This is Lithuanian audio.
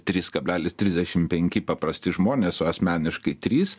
trys kablelis trisdešim penki paprasti žmonės o asmeniškai trys